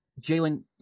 Jalen